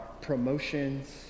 promotions